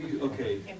Okay